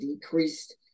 decreased